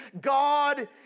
God